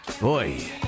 Boy